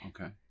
Okay